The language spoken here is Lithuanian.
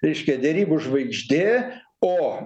reiškia derybų žvaigždė o